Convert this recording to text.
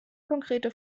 konkrete